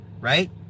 right